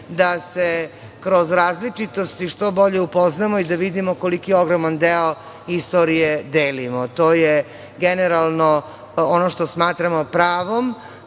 da se kroz različitosti što bolje upoznamo i da vidimo koliki ogroman deo istorije delimo. Generalno je to ono što smatramo pravom